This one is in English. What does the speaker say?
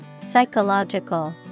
Psychological